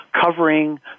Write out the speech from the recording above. covering